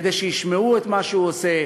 כדי שישמעו את מה שהוא עושה,